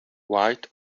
white